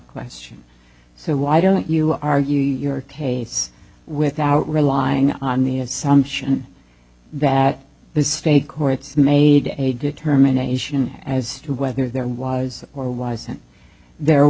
question so why don't you argue your case without relying on the assumption that the state courts made a determination as to whether there was or wasn't there